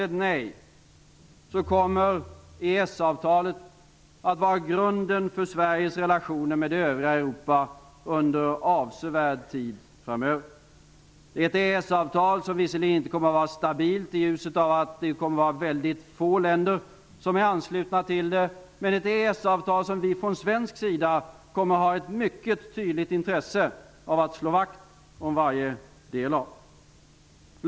EES-avtalet att vara grunden för Sveriges relationer med det övriga Europa under avsevärd tid framöver. Det är ett EES-avtal som inte kommer att vara stabilt i ljuset av att det är väldigt få länder som kommer att vara anslutna till det. Men vi från svensk sida kommer att ha ett mycket tydligt intresse av att slå vakt om varje del av detta EES-avtal.